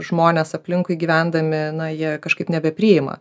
žmonės aplinkui gyvendami na jie kažkaip nebepriima